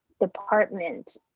department